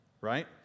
right